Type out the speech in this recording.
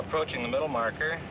approaching the middle marker